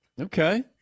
Okay